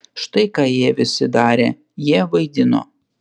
štai ką jie visi darė jie vaidino